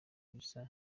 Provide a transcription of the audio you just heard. bisa